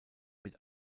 mit